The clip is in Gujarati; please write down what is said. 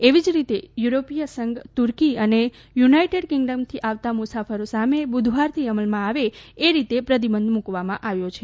એવી જ રીતે યુરોપિયન સંઘ તુર્કી અને યુનાઇટેડ કિંગ્ડમથી આવતા મુસાફરો સામે બુધવારથી અમલમાં આવે એ રીતે પ્રતિબંધ મૂકવામાં આવ્યો છે